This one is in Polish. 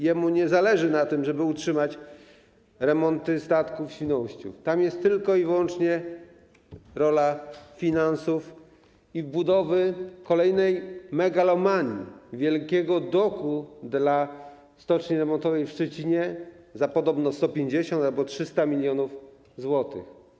Jemu nie zależy na tym, żeby utrzymać remonty statków w Świnoujściu, tam jest tylko i wyłącznie kwestia finansów i budowy kolejnej megalomanii, wielkiego doku dla stoczni remontowej w Szczecinie za podobno 150 albo 300 mln zł.